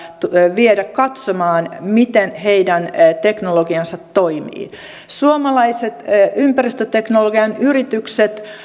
viedä katsomaan miten heidän teknologiansa toimii suomalaiset ympäristöteknologian yritykset